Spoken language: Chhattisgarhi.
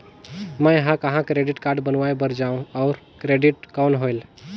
मैं ह कहाँ क्रेडिट कारड बनवाय बार जाओ? और क्रेडिट कौन होएल??